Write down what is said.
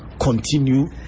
continue